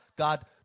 God